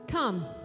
Come